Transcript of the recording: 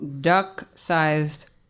duck-sized